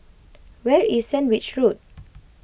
where is Sandwich Road